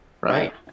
right